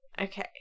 okay